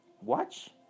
watch